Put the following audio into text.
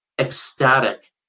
ecstatic